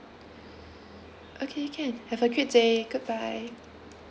okay can have a great day goodbye